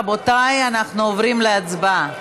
רבותיי, אנחנו עוברים להצבעה.